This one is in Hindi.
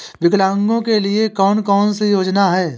विकलांगों के लिए कौन कौनसी योजना है?